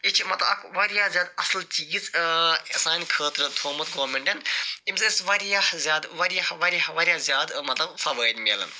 یہِ چھِ مطلب اکھ وارِیاہ زیادٕ اصٕل چیٖز سانہِ خٲطرٕ تھوٚمُت گورمِنٹن ییٚمہِ سۭتۍ أسۍ وارِیاہ زیادٕ وارِیاہ وارِیاہ وارِیاہ زیادٕ مطلب فوٲیِد مِلن